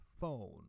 phone